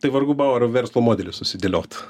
tai vargu bau ar verslo modelis susidėliotų